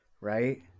right